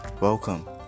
Welcome